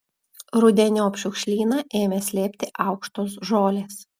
rudeniop šiukšlyną ėmė slėpti aukštos žolės